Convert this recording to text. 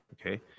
Okay